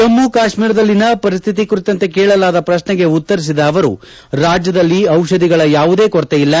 ಜಮ್ಮು ಕಾಶ್ಮೀರದಲ್ಲಿನ ಪರಿಸ್ಥಿತಿ ಕುರಿತಂತೆ ಕೇಳಲಾದ ಪ್ರಕ್ಷನೆ ಉತ್ತರಿಸಿದ ಅವರು ರಾಜ್ಯದಲ್ಲಿ ಔಷಧಿಗಳ ಯಾವುದೇ ಕೊರತೆಯಿಲ್ಲ